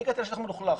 אני הגעתי לשטח מלוכלך.